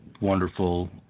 wonderful